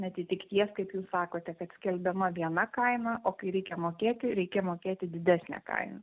neatitikties kaip jūs sakote kad skelbiama viena kaina o kai reikia mokėti reikia mokėti didesnę kainą